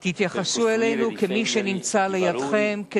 תתייחסו אלינו כאל מי שנמצאים לצדכם,